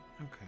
Okay